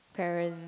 parent